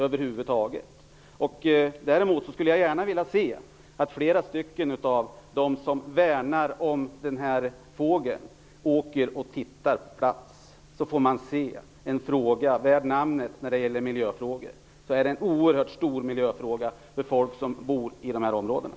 Jag skulle däremot gärna se att flera av dem som värnar om skarvarna själva åkte ut och studerade dem. Då får man se ett verkligt miljöproblem. Detta är en oerhört stor miljöfråga för de människor som bor i de här områdena.